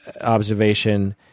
observation